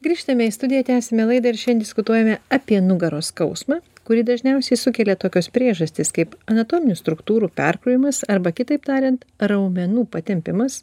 grįžtame į studiją tęsiame laidą ir šia diskutuojame apie nugaros skausmą kurį dažniausiai sukelia tokios priežastys kaip anatominių struktūrų perkrovimas arba kitaip tariant raumenų patempimas